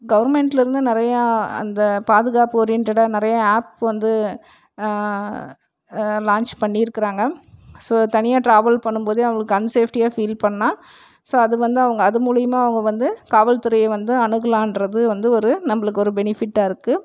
கவர்மண்ட்டுலருந்து நிறையா அந்த பாதுகாப்பு ஓரியண்டடாக நிறையா ஆப் வந்து லான்ச் பண்ணிருக்கிறாங்க ஸோ தனியாக ட்ராவல் பண்ணும் போது அவங்களுக்கு அன்சேஃப்டியாக ஃபீல் பண்ணால் ஸோ அது வந்து அவங்க அது மூலயமா அவங்க வந்து காவல்துறையை வந்து அணுகலான்றது வந்து ஒரு நம்மளுக்கு ஒரு பெனிஃபிட்டாருக்குது